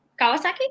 Kawasaki